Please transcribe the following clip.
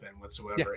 whatsoever